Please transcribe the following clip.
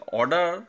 order